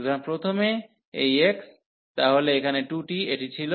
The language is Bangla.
সুতরাং প্রথমে এই x তাহলে এখানে 2t এটি ছিল